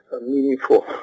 meaningful